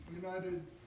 United